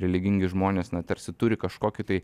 religingi žmonės tarsi turi kažkokį tai